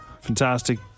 Fantastic